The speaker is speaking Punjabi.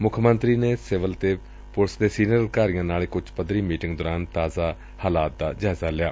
ਮੁੱਖ ਮੰਤਰੀ ਨੇ ਸਿਵਲ ਅਤੇ ਪੁਲਿਸ ਦੇ ਸੀਨੀਅਰ ਅਧਿਕਾਰੀਆਂ ਦੇ ਨਾਲ ਇਕ ਉੱਚ ਪੱਧਰੀ ਮੀਟਿੰਗ ਦੌਰਾਨ ਤਾਜ਼ਾ ਸਥਿਤੀ ਦਾ ਜਾਇਜ਼ਾ ਲਿਆ